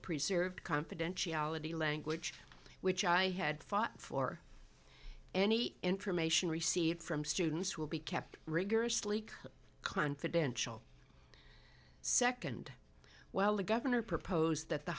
preserved confidentiality language which i had thought for any information received from students will be kept rigorously confidential second while the governor proposed that the